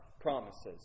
promises